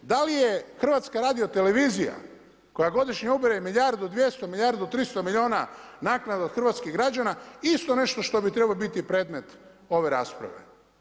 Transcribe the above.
Da li je HRT koja godišnje ubire milijardu 200, milijardu 300 milijuna naknada od hrvatskih građana isto nešto što bi trebao biti predmet ove rasprave.